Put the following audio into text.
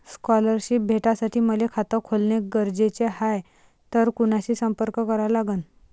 Scholarship भेटासाठी मले खात खोलने गरजेचे हाय तर कुणाशी संपर्क करा लागन?